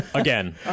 Again